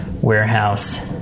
warehouse